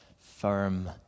firm